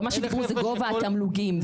מה שדיברו זה גובה התמלוגים.